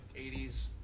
80s